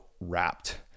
wrapped